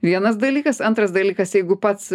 vienas dalykas antras dalykas jeigu pats